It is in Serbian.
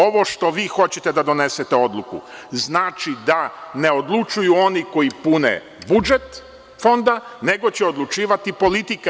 Ovo što vi hoćete da donesete odluku znači da ne odlučuju oni koji pune budžet Fonda, nego će odlučivati politika.